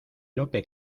lope